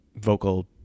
vocal